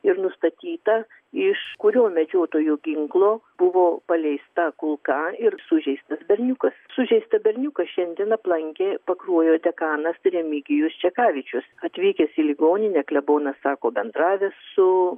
ir nustatyta iš kurio medžiotojų ginklo buvo paleista kulka ir sužeistas berniukas sužeistą berniuką šiandien aplankė pakruojo dekanas remigijus čekavičius atvykęs į ligoninę klebonas sako bendravęs su